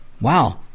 wow